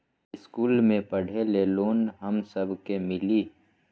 इश्कुल मे पढे ले लोन हम सब के मिली?